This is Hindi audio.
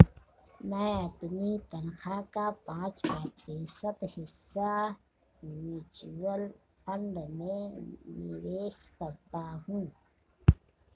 मैं अपनी तनख्वाह का पाँच प्रतिशत हिस्सा म्यूचुअल फंड में निवेश करता हूँ